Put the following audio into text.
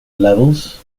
levels